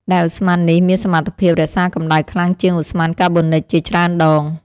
ដែលឧស្ម័ននេះមានសមត្ថភាពរក្សាកម្ដៅខ្លាំងជាងឧស្ម័នកាបូនិកជាច្រើនដង។